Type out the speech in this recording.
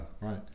Right